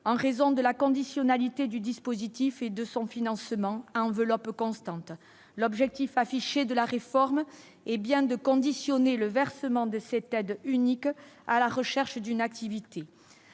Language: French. en raison de la conditionnalité du dispositif et de son financement à enveloppe constante, l'objectif affiché de la réforme, hé bien de conditionner le versement de cette aide unique à la recherche d'une activité